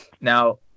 Now